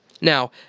Now